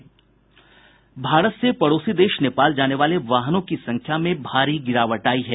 भारत से पड़ोसी देश नेपाल जाने वाले वाहनों की संख्या में भारी गिरावट आयी है